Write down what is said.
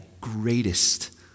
greatest